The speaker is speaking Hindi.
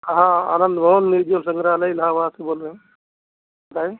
हाँ आनंद भवन में जो संग्रहालय इलहाबाद से बोल रहे हैं बताएं